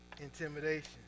Intimidation